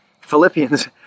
Philippians